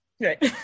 Right